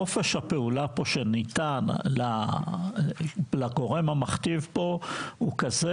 חופש הפעולה פה שניתן לגורם המכתיב פה הוא כזה